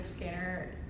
scanner